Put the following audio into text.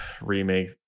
Remake